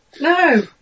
No